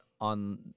on